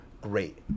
great